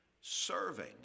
serving